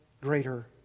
greater